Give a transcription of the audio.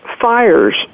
fires